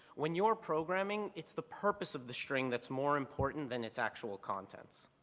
when you're programming, it's the purpose of the string that's more important than its actual contents.